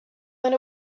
went